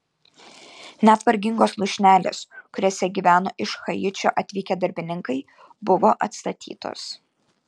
net vargingos lūšnelės kuriose gyveno iš haičio atvykę darbininkai buvo atstatytos